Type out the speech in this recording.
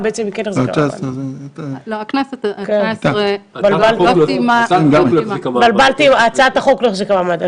בעצם היא כן החזיקה, הצעת החוק לא החזיקה מעמד.